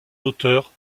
auteur